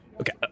Okay